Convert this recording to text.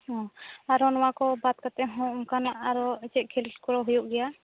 ᱚ ᱟᱨᱚ ᱱᱚᱶᱟ ᱠᱚ ᱵᱟᱫ ᱠᱟᱛᱮᱫ ᱦᱚᱸ ᱚᱱᱠᱟᱱᱟᱜ ᱟᱨᱚ ᱪᱮᱫ ᱠᱷᱮᱞ ᱠᱚ ᱦᱩᱭᱩᱜ ᱜᱮᱭᱟ